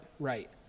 Right